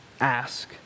ask